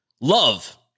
love